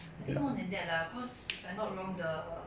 I think more than that lah cause if I'm not wrong the